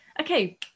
okay